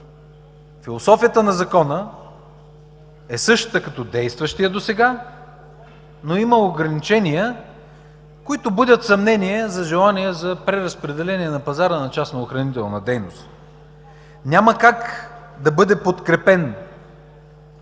философията на Закона е същата като действащия досега, но има ограничения, които будят съмнение за желания за преразпределение на пазара на частно-охранителната дейност. Няма как да бъде подкрепен